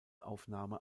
aufnahme